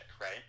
right